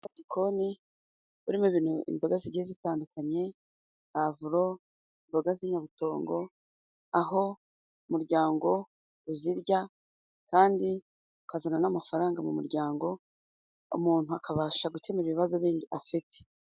Umurima w'igikoni urimo imboga zigiye zitandukanye: pavuro, imboga z'inyabutongo, aho umuryango uzirya kandi ukazana n'amafaranga mu muryango, umuntu akabasha gukemura ibibazo bindi afite.